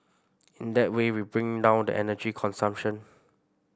in that way we bring down the energy consumption